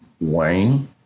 Wayne